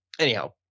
Anyhow